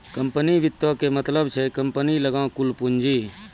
company वित्तो के मतलब छै कम्पनी लगां कुल पूंजी